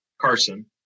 Carson